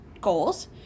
goals